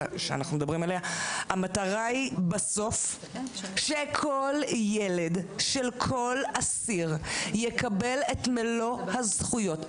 המטרה היא בסוף שכל ילד של כל אסיר יקבל את מלוא הזכויות,